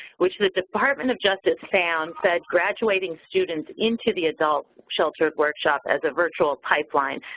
which the department of justice found said graduating students into the adult sheltered workshop as a virtual pipeline,